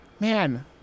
Man